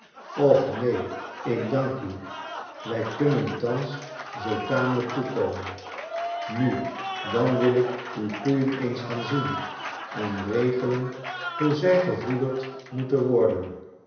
och neen ik dank u wij kunnen thans zoo tamelijk toekomen nu dan wil ik uw koeien eens gaan zien en regelen hoe zij gevoederd moeten worden